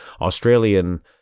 Australian